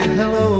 hello